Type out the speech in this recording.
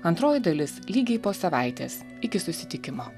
antroji dalis lygiai po savaitės iki susitikimo